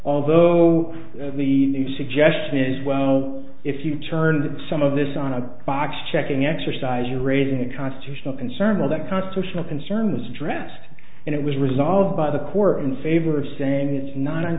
although the new suggestion is well if you turn some of this on a box checking exercise you're raising a constitutional concern of that constitutional concerns addressed and it was resolved by the court in favor of saying it's not